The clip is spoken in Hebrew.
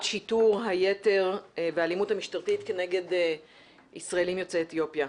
שיטור היתר והאלימות המשטרתית כנגד ישראלים יוצאי אתיופיה.